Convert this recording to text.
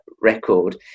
record